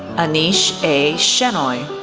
anish a. shenoy,